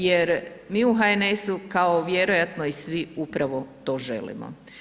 Jer mi u HNS-u kao vjerojatno i svi upravo to želimo.